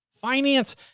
finance